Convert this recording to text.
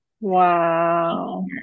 Wow